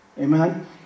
Amen